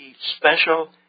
special